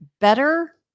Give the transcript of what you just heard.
better